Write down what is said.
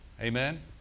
Amen